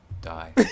die